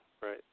right